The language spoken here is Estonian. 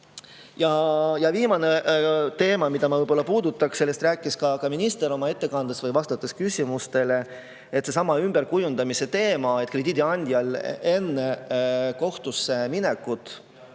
Ja viimane teema, mida ma puudutaks, millest rääkis ka minister oma ettekandes või vastates küsimustele, on seesama ümberkujundamise teema. Krediidiandjal on enne kohtusse minekut